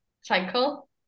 cycle